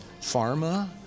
pharma